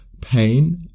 pain